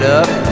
up